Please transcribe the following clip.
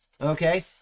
Okay